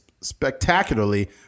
spectacularly